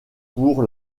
pour